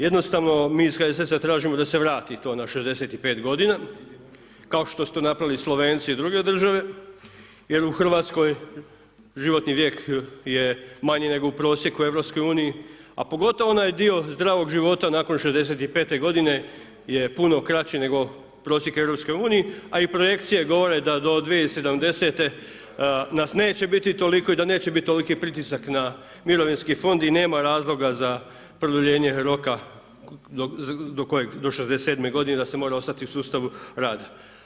Jednostavno mi iz HSS-a tražimo da se vrati to na 65 godina kao što su to napravili Slovenci i druge države jer u Hrvatskoj životni vijek je manji nego u prosjeku u EU, a pogotovo onaj dio zdravog života nakon 65 godine je puno kraći nego prosjek u EU a i projekcije govore da do 2070.-te nas neće biti toliko i da neće biti toliki pritisak na mirovinski fond i nema razloga za produljenje roka do 67 godine da se mora ostati u sustavu rada.